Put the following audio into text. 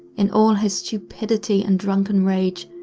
in all his stupidity and drunken rage,